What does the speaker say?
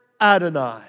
Adonai